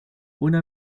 una